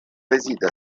réside